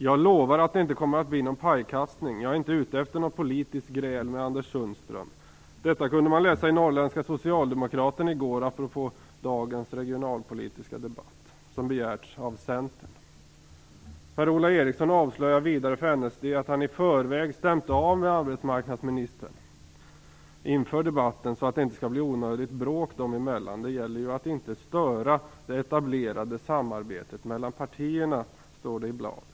Jag lovar att det inte kommer att bli någon pajkastning. Jag är inte ute efter politiskt gräl med Anders Sundström. Detta kunde man läsa i Norrländska Per-Ola Eriksson avslöjar också för NSD att han i förväg stämt av med arbetsmarknadsministern inför debatten för att det inte skall bli onödigt bråk dem emellan. Det gäller ju att inte störa det etablerade samarbetet mellan partierna, står det i bladet.